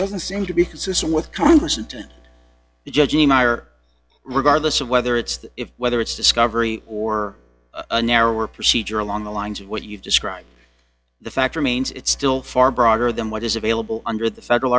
doesn't seem to be consistent with congress and the judge regardless of whether it's that if whether it's discovery or a narrower procedure along the lines of what you've described the fact remains it's still far broader than what is available under the federal